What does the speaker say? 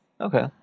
Okay